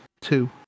two